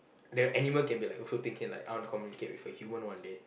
the animal can be like also thinking like I want to communicate with a human one day